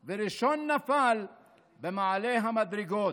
/ וראשון נפל במעלה המדרגות,